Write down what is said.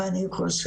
אבל אני חושבת